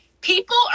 People